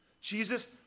Jesus